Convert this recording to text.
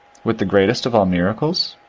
with the greatest of all muacles?